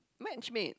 match made